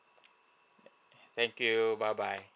thank you bye bye